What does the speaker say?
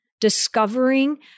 discovering